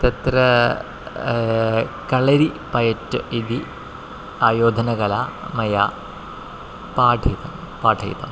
तत्र कलरि पयट् इति आयोधनकला मया पाठितं पाठितं